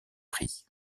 prix